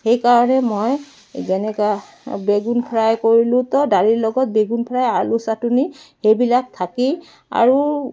সেইকাৰণে মই যেনেকৈ বেগুন ফ্ৰাই কৰিলোঁতো দালিৰ লগত বেগুন ফ্ৰাই আলু চাটনি সেইবিলাক থাকি আৰু